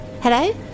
Hello